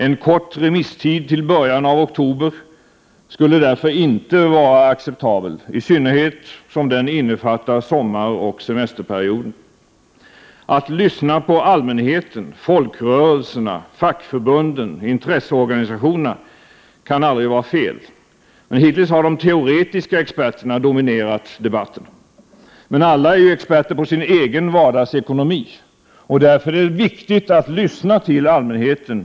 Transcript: En kort remisstid — till i början av oktober — skulle därför inte vara acceptabel, i synnerhet som den innefattar sommaroch semesterperioden. Att lyssna på allmänheten, folkrörelserna, fackförbunden och intresseorganisationerna kan aldrig vara fel. Hittills har de teoretiska experterna dominerat debatten. Men alla är ju experter på sin egen vardagsekonomi. Därför är det viktigt att lyssna till allmänheten.